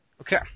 Okay